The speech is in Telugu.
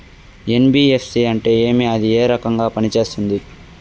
ఎన్.బి.ఎఫ్.సి అంటే ఏమి అది ఏ రకంగా పనిసేస్తుంది